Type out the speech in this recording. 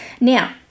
Now